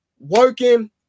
Working